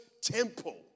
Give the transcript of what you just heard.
temple